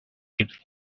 its